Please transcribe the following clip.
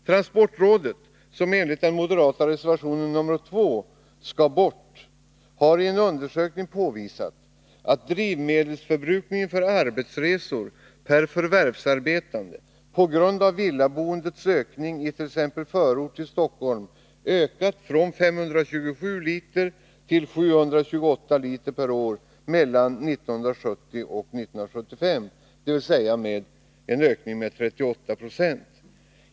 Transportrådet, som enligt den moderata reservationen nr 2 skall bort, har i en undersökning påvisat att drivmedelsförbrukningen för arbetsresor per förvärvsarbetande på grund av villaboendets ökning i t.ex. förort till Stockholm ökat från 527 liter till 728 liter per år mellan 1970 och 1975, dvs. en ökning med 38 96.